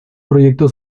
proyecto